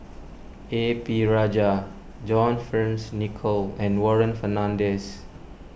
A P Rajah John Fearns Nicoll and Warren Fernandez